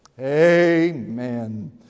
Amen